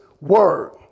word